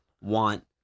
want